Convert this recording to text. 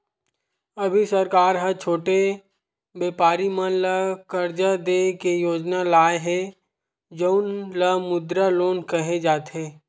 अभी सरकार ह छोटे बेपारी मन ल करजा दे के योजना लाए हे जउन ल मुद्रा लोन केहे जाथे